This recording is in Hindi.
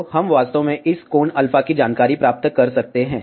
तो हम वास्तव में इस ∠ α की जानकारी प्राप्त कर सकते हैं